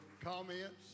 comments